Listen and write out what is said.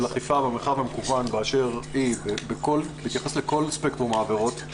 אכיפה במרחב המקוון באשר היא בהתייחס לכל ספקטרום העבירות,